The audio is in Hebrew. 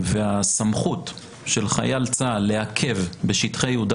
והסמכות של חייל צה"ל לעכב בשטחי יהודה